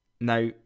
Now